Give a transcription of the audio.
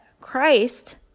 Christ